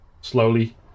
Slowly